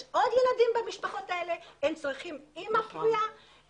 יש עוד ילדים במשפחות האלה, הם צריכים אימא פנויה,